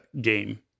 game